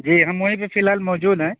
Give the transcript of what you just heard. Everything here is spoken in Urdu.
جی ہم وہیں پہ فی الحال موجود ہیں